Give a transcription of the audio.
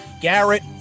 Garrett